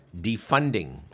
defunding